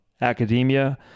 academia